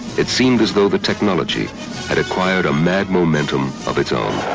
it seemed as though the technology had acquired a mad momentum of its own.